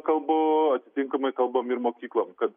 kalbu atitinkamai kalbam ir mokyklom kad